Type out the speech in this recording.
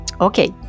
okay